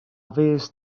fuest